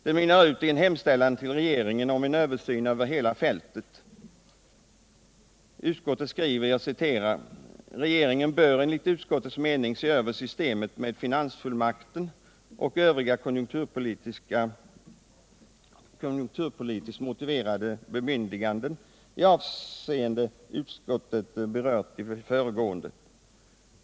Det mynnar ut i en hemställan till regeringen om översyn över hela fältet. Utskottet skriver: ”Regeringen bör därför enligt utskottets mening se över systemet med finansfullmakten och övriga konjunkturpolitiskt motiverade bemyndiganden i de avseenden utskottet berört i det föregående.